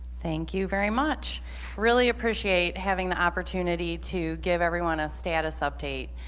thank you very much really appreciate having the opportunity to give everyone a status update.